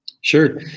Sure